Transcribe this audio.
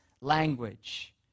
language